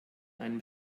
einem